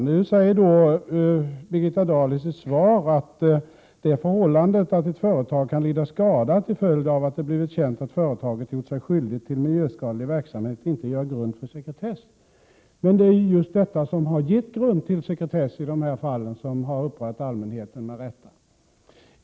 Nu säger Birgitta Dahl i sitt svar: ”Det förhållandet att ett företag kan lida skada till följd av att det blir känt att företaget har gjort sig skyldigt till miljöskadlig verksamhet utgör inte grund för sekretess.” Men det är ju just detta som har utgjort grund för sekretess i de fall som med rätta har upprört allmänheten.